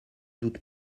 doute